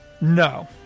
no